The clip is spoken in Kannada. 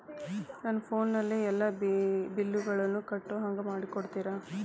ನನ್ನ ಫೋನಿನಲ್ಲೇ ಎಲ್ಲಾ ಬಿಲ್ಲುಗಳನ್ನೂ ಕಟ್ಟೋ ಹಂಗ ಮಾಡಿಕೊಡ್ತೇರಾ?